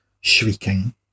shrieking